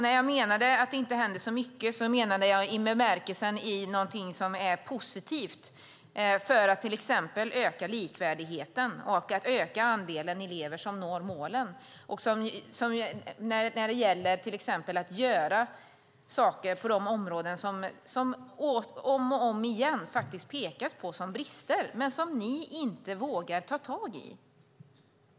När jag sade att det inte händer så mycket menade jag någonting som är positivt för att öka likvärdigheten och öka andelen elever som når målen. Det handlar också om att göra saker på de områden där det, om och om igen, pekas på brister som ni inte vågar ta tag i.